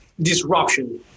disruption